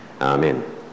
amen